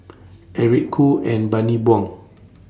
Eric Khoo and Bani Buang